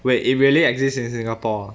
wait it really exist in singapore ah